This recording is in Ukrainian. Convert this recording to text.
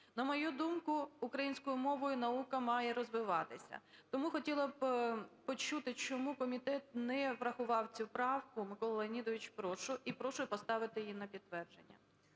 На мою думку, українською мовою наука має розвиватися. Тому хотіла б почути, чому комітет не врахував цю правку. Микола Леонідович, прошу. І прошу поставити її на підтвердження.